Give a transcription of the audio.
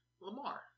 Lamar